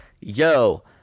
yo